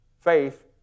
faith